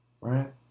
right